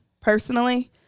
personally